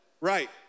right